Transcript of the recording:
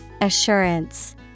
Assurance